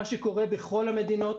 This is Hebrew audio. מה שקורה בכל המדינות.